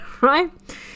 right